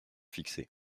fixée